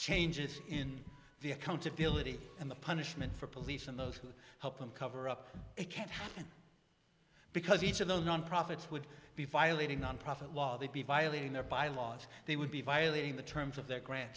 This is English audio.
changes in the accountability and the punishment for police and those who help them cover up it can't happen because each of the non profits would be violating nonprofit law they'd be violating their bylaws they would be violating the terms of their grant